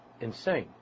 Insane